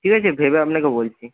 ঠিক আছে ভেবে আপনাকে বলছি